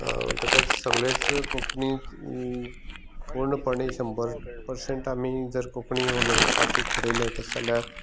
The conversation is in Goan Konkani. म्हणटकच सगळेंच कोंकणी पुर्णपणी शंबर परसेंट जर आमी कोंकणी उलोवपाचें थरयलें तशें जाल्यार